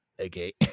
Okay